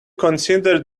consider